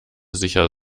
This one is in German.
sicher